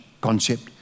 concept